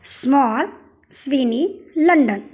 small स्विनी London